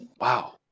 Wow